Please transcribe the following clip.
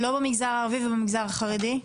במגזר הערבי ובמגזר החרדי?